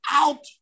out